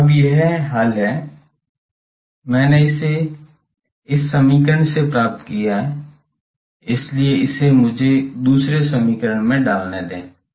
तो अब यह हल है मैंने इसे इस समीकरण से प्राप्त किया है इसलिए इसे मुझे दूसरे समीकरण में डालनें दें